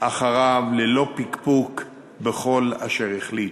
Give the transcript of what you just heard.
אחריו ללא פקפוק בכל אשר החליט.